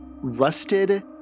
Rusted